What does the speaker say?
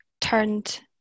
turned